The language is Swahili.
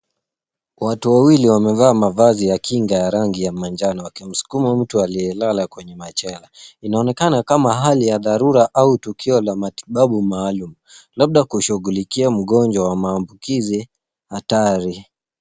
Watu wawili wamevaa mavazi ya kinga ya rangi ya manjano wakimsukuma mtu aliyelala kwenye machela. Inaonekana kama hali ya dharura au tukio la matibabu maalum, labda kushughulikia mgonjwa wa maambukizi hatari.